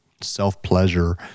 self-pleasure